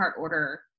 order